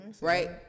Right